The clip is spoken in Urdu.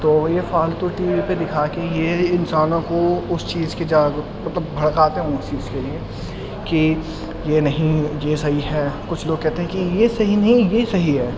تو یہ فالتو ٹی وی پہ دکھا کے یہ انسانوں کو اس چیز کی مطلب بھڑکاتے ہیں اس چیز کے لیے کہ یہ نہیں یہ صحیح ہے کچھ لوگ کہتے ہیں کہ یہ صحیح نہیں یہ صحیح ہے